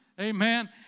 Amen